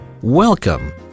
Welcome